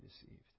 deceived